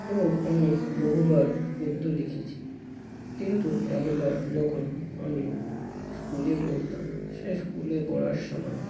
এবং আমি বহুবার গদ্য লিখেছি কিন্তু একবার যখন আমি স্কুলে পড়তাম সেই স্কুলে পড়ার সময়